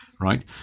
Right